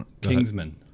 Kingsman